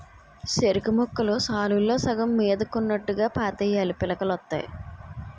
సెరుకుముక్కలు సాలుల్లో సగం మీదకున్నోట్టుగా పాతేయాలీ పిలకలొత్తాయి